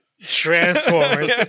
Transformers